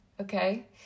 Okay